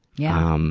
yeah. um